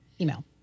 email